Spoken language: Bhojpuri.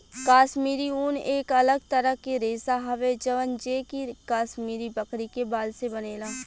काश्मीरी ऊन एक अलग तरह के रेशा हवे जवन जे कि काश्मीरी बकरी के बाल से बनेला